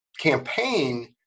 campaign